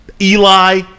Eli